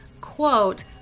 quote